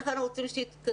איך אנחנו רוצים שהיא תתקדם,